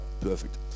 Perfect